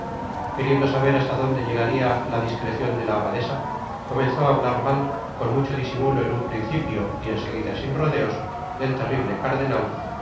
queriendo saber hasta donde llegaría la discrecion de la abadesa comenzó i hablar mal con mucho disimulo en un principio y en seguida sin rodeos del terrible cardenal